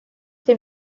dem